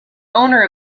owner